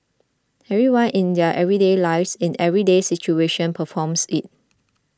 everyone in their everyday lives in everyday situation performs it